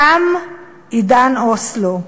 תם עידן אוסלו.